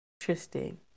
Interesting